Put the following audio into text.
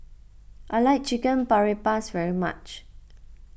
I like Chicken Paprikas very much